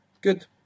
Good